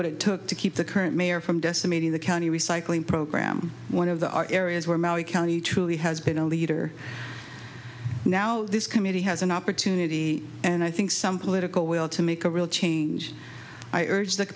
what it took to keep the current mayor from decimating the county recycling program one of the our areas where maui county truly has been a leader now this committee has an opportunity and i think some political will to make a real change i urge th